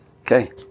okay